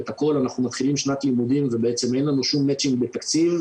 אנחנו מתחילים שנת לימודים ובעצם אין לנו שום מצ'ינג בתקציב,